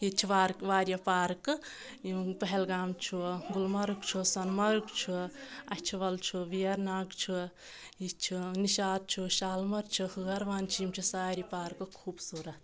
ییٚتہِ چھِ وار واریاہ پارکہٕ یِم پہلگام چھُ گُلمرگ چھُ سوٚنمَرٕگ چھُ اچھہِ وَل چھُ ویرناگ چھُ یہِ چھُ نِشاط چھُ شالمور چھُ ہٲروَن چھِ یِم چھِ سارے پارکہٕ خوٗبصوٗرت